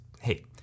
hey